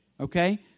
Okay